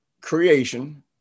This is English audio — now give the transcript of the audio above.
creation